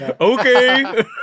okay